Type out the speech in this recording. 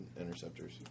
interceptors